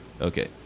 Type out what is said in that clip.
Okay